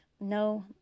No